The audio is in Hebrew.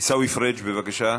עיסאווי פריג', בבקשה,